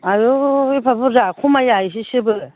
आयु एफा बुर्जा खमाया एसेसोबो